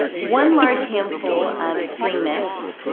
one large handful of spring mix,